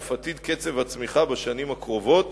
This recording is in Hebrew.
אף עתיד קצב הצמיחה בשנים הקרובות